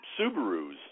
Subarus